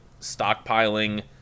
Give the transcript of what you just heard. stockpiling